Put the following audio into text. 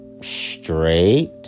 Straight